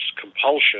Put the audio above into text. compulsion